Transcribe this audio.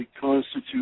constitute